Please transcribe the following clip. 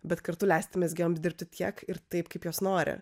bet kartu leisti mezgėjom dirbti tiek ir taip kaip jos nori